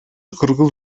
кыргыз